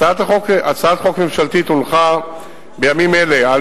הצעת חוק ממשלתית הונחה בימים אלה על